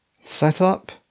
setup